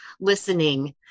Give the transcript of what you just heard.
listening